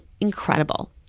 incredible